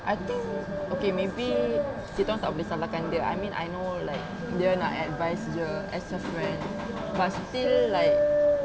I think okay maybe kita orang tak boleh salahkan dia I mean I know like dia nak advise jer as a friend but still like